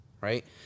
right